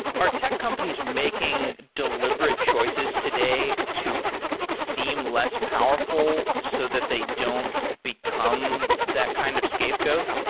are tech companies making deliberate choices today to seem less powerful so that they don't become that kind of scapegoat?